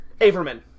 Averman